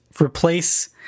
replace